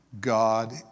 God